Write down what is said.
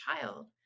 child